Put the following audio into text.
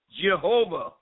Jehovah